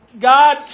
God